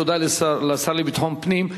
תודה לשר לביטחון פנים.